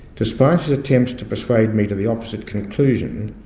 despite his attempts to persuade me to the opposite conclusion,